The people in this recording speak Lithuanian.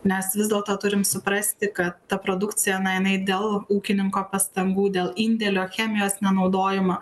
nes vis dėlto turim suprasti kad ta produkcijana jinai dėl ūkininko pastangų dėl indėlio chemijos nenaudojamo